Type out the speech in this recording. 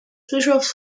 bischofs